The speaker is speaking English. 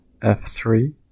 f3